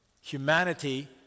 Humanity